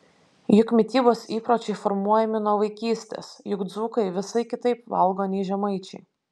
juk mitybos įpročiai formuojami nuo vaikystės juk dzūkai visai kitaip valgo nei žemaičiai